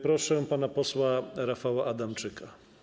Proszę pana posła Rafała Adamczyka.